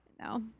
No